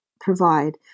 provide